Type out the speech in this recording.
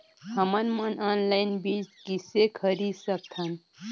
हमन मन ऑनलाइन बीज किसे खरीद सकथन?